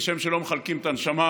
כשם שלא מחלקים את הנשמה